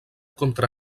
contra